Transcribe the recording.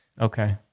okay